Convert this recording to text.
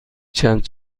چند